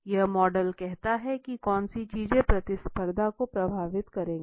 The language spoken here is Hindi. यह मॉडल कहता है कि कौन सी चीजें प्रतिस्पर्धा को प्रभावित करती